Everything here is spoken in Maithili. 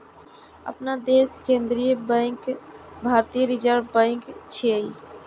अपना देशक केंद्रीय बैंक भारतीय रिजर्व बैंक छियै